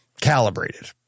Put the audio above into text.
calibrated